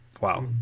Wow